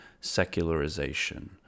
secularization